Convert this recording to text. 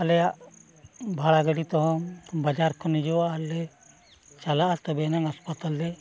ᱟᱞᱮᱭᱟᱜ ᱵᱷᱟᱲᱟ ᱜᱟᱹᱰᱤ ᱛᱮᱦᱚᱸ ᱵᱟᱡᱟᱨ ᱠᱷᱚᱱ ᱦᱤᱡᱩᱜᱼᱟ ᱟᱨᱞᱮ ᱪᱟᱞᱟᱜᱼᱟ ᱛᱚᱵᱮ ᱱᱟᱝ ᱦᱟᱥᱯᱟᱛᱟᱞ ᱞᱮ